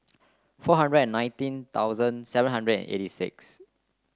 four hundred nineteen thousand seven hundred eighty six